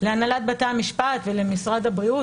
להנהלת בתי המשפט ולמשרד הבריאות,